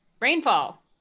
Rainfall